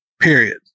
period